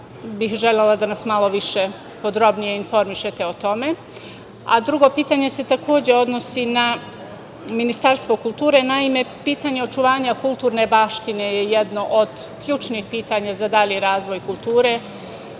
bih želela da nas malo više, podrobnije informišete o tome. Drugo pitanje se, takođe, odnosi na Ministarstvo kulture. Naime, pitanje očuvanja kulturne baštine je jedno od ključnih pitanja za dalji razvoj kulture